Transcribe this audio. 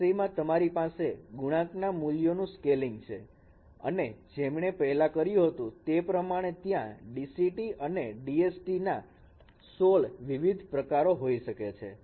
આ વિષયમાં તમારી પાસે ગુણાંક ના મૂલ્યોનું સ્કેલિંગ છે અને જેમણે પહેલાં કર્યું હતું તે પ્રમાણે ત્યાં DCT અને DSTs ના 16 વિવિધ પ્રકારો હોઈ શકે છે